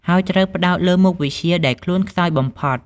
ហើយត្រូវផ្តោតលើមុខវិជ្ជាដែលខ្លួនខ្សោយបំផុត។